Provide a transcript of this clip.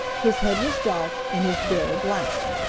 his head was dark, and his bill black.